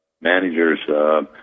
managers